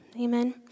Amen